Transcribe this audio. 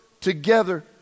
together